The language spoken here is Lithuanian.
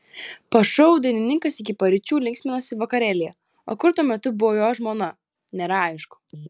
po šou dainininkas iki paryčių linksminosi vakarėlyje o kur tuo metu buvo jo žmona nėra aišku